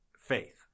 Faith